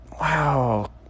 wow